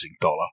dollar